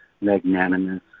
magnanimous